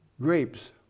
Grapes